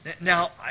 Now